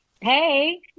Hey